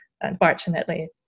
unfortunately